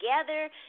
together